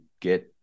get